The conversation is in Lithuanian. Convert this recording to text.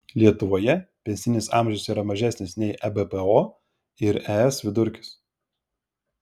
lietuvoje pensinis amžius yra mažesnis nei ebpo ir es vidurkis